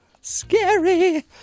Scary